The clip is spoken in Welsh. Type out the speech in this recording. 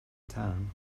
tân